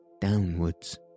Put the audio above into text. downwards